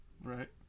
Right